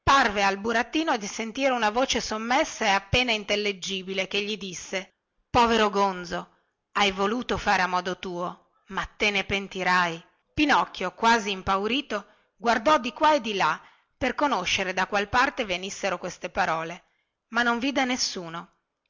parve al burattino di sentire una voce sommessa e appena intelligibile che gli disse povero gonzo hai voluto fare a modo tuo ma te ne pentirai pinocchio quasi impaurito guardò di qua e di là per conoscere da qual parte venissero queste parole ma non vide nessuno